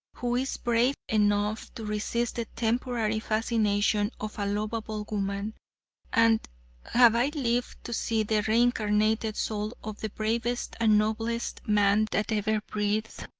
who is brave enough to resist the temporary fascination of a lovable woman and have i lived to see the reincarnated soul of the bravest and noblest man that ever breathed,